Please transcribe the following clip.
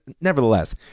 Nevertheless